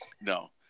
No